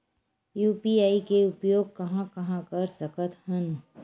UPI के उपयोग कहां कहा कर सकत हन?